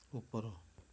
ଉପର